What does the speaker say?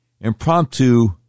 impromptu